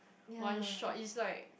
one short is like